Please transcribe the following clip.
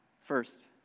First